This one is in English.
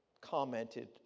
commented